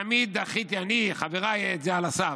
תמיד דחינו את זה על הסף,